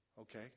Okay